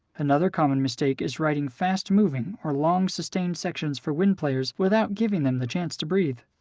another common mistake is writing fast-moving or long, sustained sections for wind players without giving them the chance to breathe.